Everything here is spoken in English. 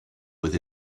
with